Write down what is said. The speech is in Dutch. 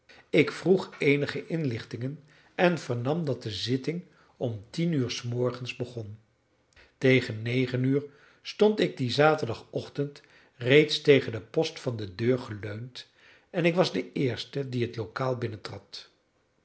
ik vroeg eenige inlichtingen en vernam dat de zitting om tien uur s morgens begon tegen negen uur stond ik dien zaterdagochtend reeds tegen den post van de deur geleund en ik was de eerste die het lokaal